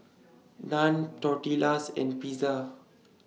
Naan Tortillas and Pizza